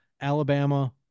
alabama